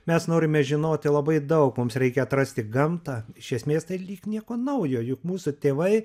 mes norime žinoti labai daug mums reikia atrasti gamtą iš esmės tai lyg nieko naujo juk mūsų tėvai